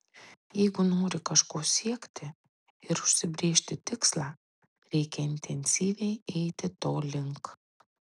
jeigu nori kažko siekti ir užsibrėžti tikslą reikia intensyviai eiti to link